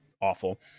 awful